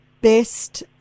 Best